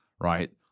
right